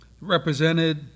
represented